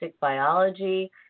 Biology